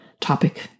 topic